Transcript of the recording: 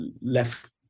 left